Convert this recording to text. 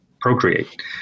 procreate